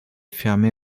fermé